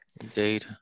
Indeed